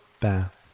bath